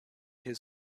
his